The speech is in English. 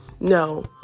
No